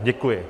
Děkuji.